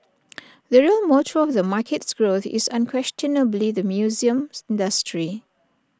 the real motor of the market's growth is unquestionably the museum industry